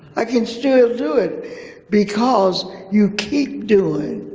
i can still do it because you keep doing.